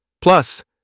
Plus